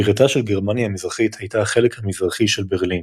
בירתה של גרמניה המזרחית הייתה החלק המזרחי של ברלין.